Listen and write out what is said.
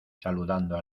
saludando